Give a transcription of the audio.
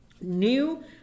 new